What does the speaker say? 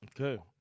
Okay